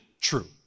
true